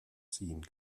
ziehen